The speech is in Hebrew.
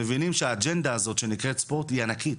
מבינים שהאג'נדה הזאת שנקראת ספורט היא ענקית.